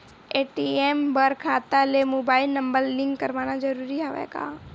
ATM बर खाता ले मुबाइल नम्बर लिंक करवाना ज़रूरी हवय का?